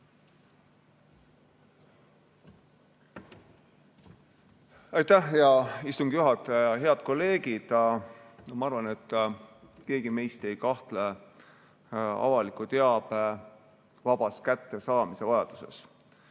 Aitäh, hea istungi juhataja! Head kolleegid! Ma arvan, et keegi meist ei kahtle avaliku teabe vaba kättesaamise vajaduses.